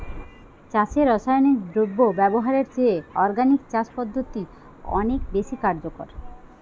চাষে রাসায়নিক দ্রব্য ব্যবহারের চেয়ে অর্গানিক চাষ পদ্ধতি অনেক বেশি কার্যকর